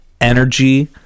energy